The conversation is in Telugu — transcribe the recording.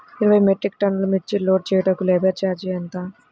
ఇరవై మెట్రిక్ టన్నులు మిర్చి లోడ్ చేయుటకు లేబర్ ఛార్జ్ ఎంత?